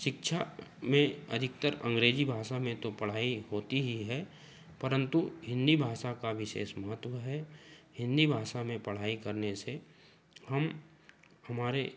शिक्षा में अधिकतर अंग्रेजी भाषा में तो पढ़ाई होती ही है परन्तु हिन्दी भाषा का विशेष महत्व है हिन्दी भाषा में पढ़ाई करने से हम हमारे